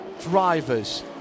drivers